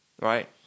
Right